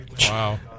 Wow